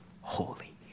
holy